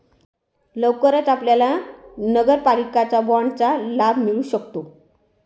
लवकरच आपल्याला नगरपालिका बाँडचा लाभ मिळू शकतो